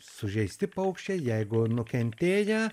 sužeisti paukščiai jeigu nukentėję